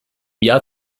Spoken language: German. jahr